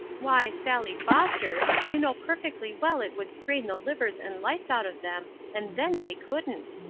why, sally foster, you know perfectly well it would strain the livers and lights out of them and then they couldn't!